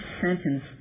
sentence